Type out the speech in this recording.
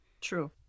true